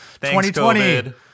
2020